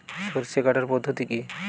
সরষে কাটার পদ্ধতি কি?